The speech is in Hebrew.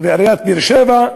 ועיריית באר-שבע,